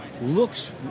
looks